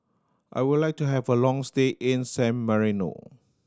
I would like to have a long stay in San Marino